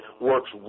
works